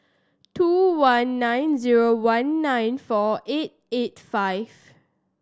two one nine zero one nine four eight eight five